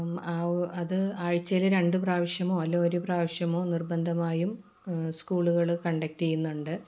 അപ്പം ആ അത് ആഴ്ചയിൽ രണ്ട് പ്രാവശ്യമോ അല്ലേൽ ഒരു പ്രാവശ്യമോ നിര്ബദ്ധമായും സ്കൂളുകൾ കണ്ടക്ററ് ചെയ്യുന്നുണ്ട്